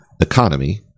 economy